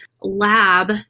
lab